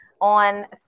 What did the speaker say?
on